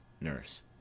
Nurse